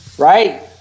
Right